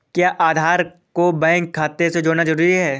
क्या आधार को बैंक खाते से जोड़ना जरूरी है?